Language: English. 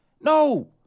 No